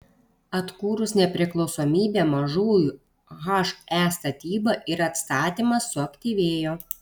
atkūrus nepriklausomybę mažųjų he statyba ir atstatymas suaktyvėjo